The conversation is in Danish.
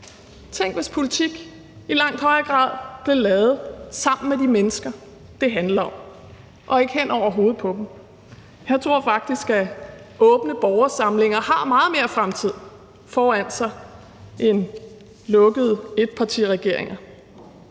Tænk, hvis politik i langt højere grad blev lavet sammen med de mennesker, det handler om, og ikke hen over hovedet på dem. Jeg tror faktisk, at åbne borgersamlinger har meget mere fremtid end lukkede etpartiregeringer.